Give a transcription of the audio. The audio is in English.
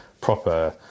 proper